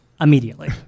immediately